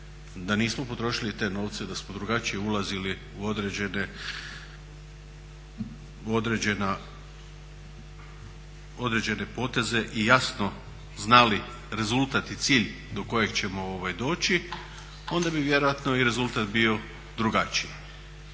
Da nismo potrošili te novce, da smo drugačije ulazili u određene potezi i jasno znali rezultat i cilj do kojeg ćemo doći onda bi i vjerojatno i rezultat bio drugačiji.